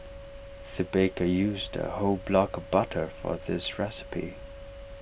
the baker used A whole block of butter for this recipe